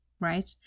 right